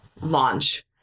launch